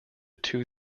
two